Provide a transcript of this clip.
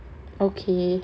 okay